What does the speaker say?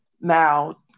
now